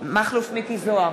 מכלוף מיקי זוהר,